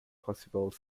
possible